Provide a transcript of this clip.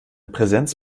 präsenz